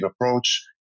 approach